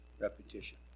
repetition